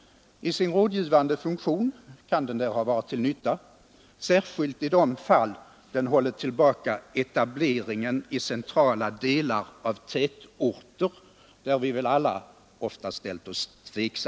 I sin rådgivande funktion kan den där ha varit till nytta, särskilt i de fall den hållit tillbaka etableringen i centrala delar av tätorter.